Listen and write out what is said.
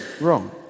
wrong